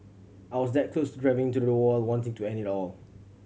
I was that close to driving into the wall wanting to end it all